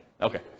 okay